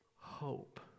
hope